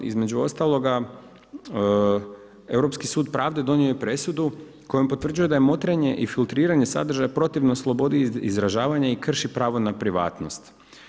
Između ostaloga Europski sud pravde donio je presudu kojom potvrđuje da je motrenje i filtriranje sadržaja protivno slobodi izražavanja i krši pravo na privatnost.